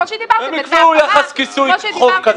כמו שדיברתם בחוק --- הם יקבעו יחס כיסוי חוב כזה